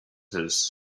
his